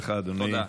תודה לך, אדוני.